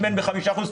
אם אין בחמישה אחוזים,